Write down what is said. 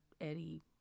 Eddie